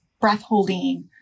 breath-holding